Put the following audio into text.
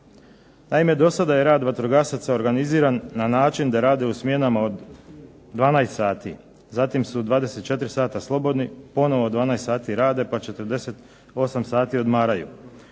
Naime, do sada je rad vatrogasaca organiziran na način da rede u smjenama od 12 sati, zatim su 24 slobodni, ponovno 12 sati rade, pa 48 sati odmaraju.